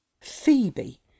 Phoebe